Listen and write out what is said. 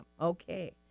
Okay